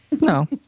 no